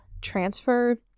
transfer